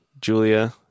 Julia